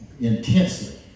intensely